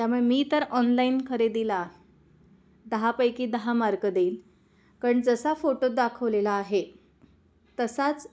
त्यामुळे मी तर ऑनलाईन खरेदीला दहापैकी दहा मार्क देईल कारण जसा फोटोत दाखवलेला आहे तसाच